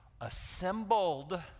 assembled